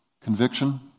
conviction